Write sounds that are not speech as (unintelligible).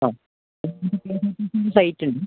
ആ (unintelligible) സൈറ്റും